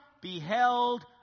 beheld